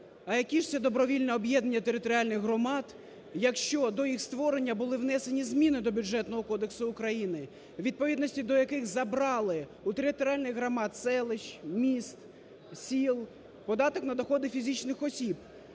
А які ж це добровільні об'єднання територіальних громад, якщо до їх створення були внесені зміни до Бюджетного кодексу України, у відповідності до яких забрали у територіальних громад селищ, міст, сіл податок на доходи фізичних осіб,